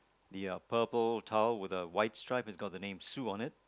the uh purple towel with the white stripe with the name sue on it